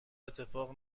اتفاق